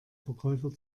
verkäufer